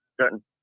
certain